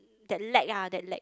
that lack ah that lack